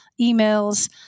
emails